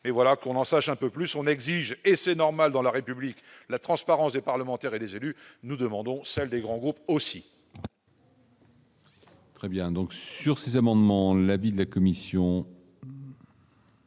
et voilà qu'on en sache un peu plus son exige et c'est normal dans la République, la transparence des parlementaires et des élus, nous demandons, celle des grands groupes aussi. Très bien, donc, sur ces amendements la de la commission.